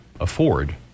afford